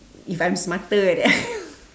if I'm smarter like that